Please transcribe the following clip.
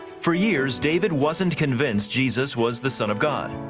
for years david wasn't convinced jesus was the son of god.